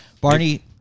Barney